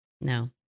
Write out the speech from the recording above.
No